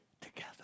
together